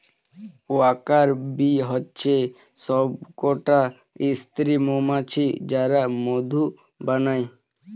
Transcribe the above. worker bee হচ্ছে সবকটা স্ত্রী মৌমাছি যারা মধু বানায়